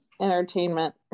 entertainment